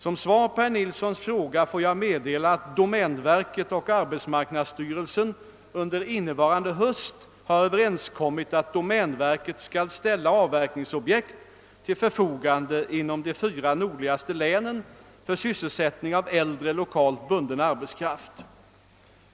Som svar på herr Nilssons fråga får jag meddela, att domänverket och arbetsmarknadsstyrelsen under innevarande höst har överenskommit att domänverket skall ställa avverkningsobjekt till förfogande inom de fyra nordligaste länen för sysselsättning av äldre, lokalt bunden arbetskraft.